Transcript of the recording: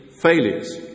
failures